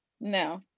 No